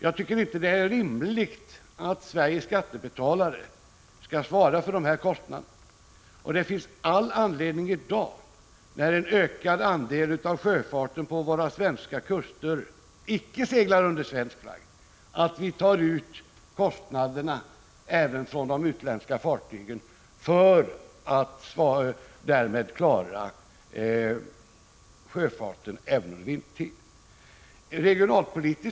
Det är ju inte rimligt att Sveriges skattebetalare skall svara för de här kostnaderna, och det finns all anledning i dag, när en ökad andel av sjöfarten på våra svenska kuster icke seglar under svensk flagg, att vi tar ut kostnaderna även från de utländska fartygen för att därmed klara sjöfarten också vintertid.